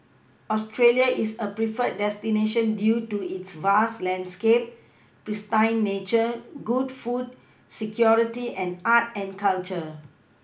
Australia is a preferred destination due to its vast landscape pristine nature good food security and art and culture